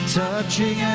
touching